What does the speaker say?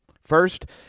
First